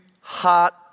heart